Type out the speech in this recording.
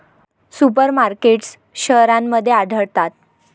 super markets शहरांमध्ये आढळतात